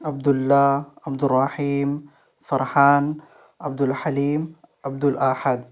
Abdul Allah Abdur Rahim Farhan Abdul Halim Abdul Ahad